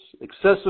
excessive